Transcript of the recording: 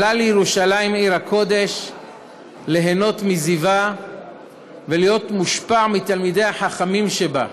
עלה לירושלים עיר הקודש ליהנות מזיווה ולהיות מושפע מתלמידי החכמים שבה.